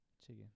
Chicken